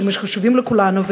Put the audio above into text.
שחשובים לכולנו,